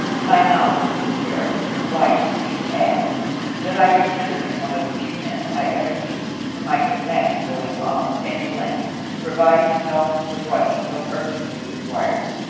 my knowledge of his character obliges me to add that i consider him one of the few men i ever knew whom i could imagine going to almost any length to provide himself with what he so urgently requires.